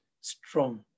strong